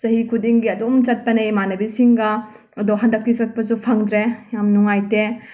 ꯆꯍꯤ ꯈꯨꯗꯤꯡꯒꯤ ꯑꯗꯨꯝ ꯆꯠꯄꯅꯦ ꯏꯃꯥꯟꯅꯕꯤꯁꯤꯡꯒ ꯑꯗꯣ ꯍꯟꯗꯛꯇꯤ ꯆꯠꯄꯁꯨ ꯐꯪꯗ꯭ꯔꯦ ꯌꯥꯝ ꯅꯨꯉꯥꯏꯇꯦ